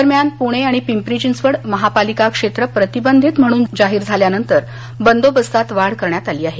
दरम्यान पुणे आणि पिंपरी चिंचवड महापालिका क्षेत्र प्रतिबंधित म्हणून जाहीर झाल्यानंतर बंदोबस्तात वाढ करण्यात आली आहे